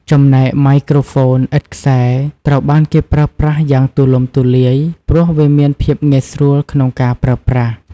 ចំណែក ម៉ៃក្រូហ្វូនឥតខ្សែត្រូវបានគេប្រើប្រាស់យ៉ាងទូលំទូលាយ ព្រោះវាមានភាពងាយស្រួលក្នុងការប្រើប្រាស់។